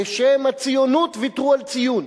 בשם הציונות, ויתרו על ציון.